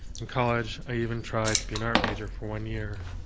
in college, i even tried to be an art major for one year.